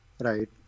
right